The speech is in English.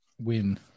win